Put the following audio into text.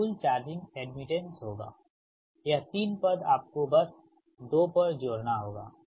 यह कुल charging admittance होगा यह 3 पद आपको बस 2 पर जोड़ना होगा